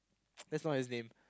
that's not his name